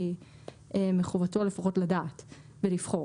כי מזכותו לפחות לדעת ולבחור.